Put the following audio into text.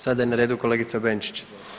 Sada je na redu kolegica Benčić.